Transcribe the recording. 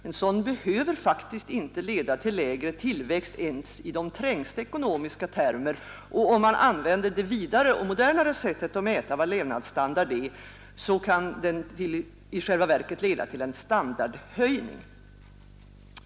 En sådan behöver faktiskt inte leda till lägre tillväxt ens i strikt ekonomiska termer, och om man använder det vidare och modernare sättet att mäta vad levnadsstandard är kan den i själva verket leda till en standardhöjning.